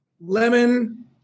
lemon